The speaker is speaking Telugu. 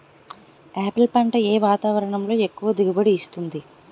ఆపిల్ పంట ఏ వాతావరణంలో ఎక్కువ దిగుబడి ఇస్తుంది?